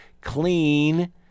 clean